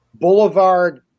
boulevard